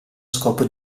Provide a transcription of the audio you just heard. scopo